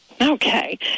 Okay